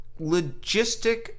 logistic